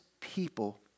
people